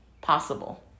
possible